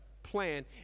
plan